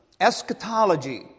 eschatology